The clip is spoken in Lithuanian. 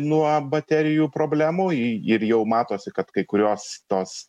nuo baterijų problemų ji ir jau matosi kad kai kurios tos